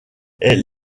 est